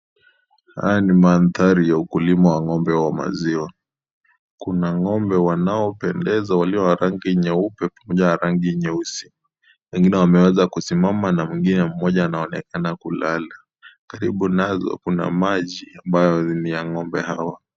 Haya ni mandhari ya ukulima wa ng'ombe wa maziwa. Kuna ng'ombe wanaopendeza walio wa rangi nyeupe moja wa rangi nyeusi. Wengine wameweza kusimama na mwingine mmoja anaonekana kulala. Karibu nazo kuna maji ambayo ni ya ng'ombe hao.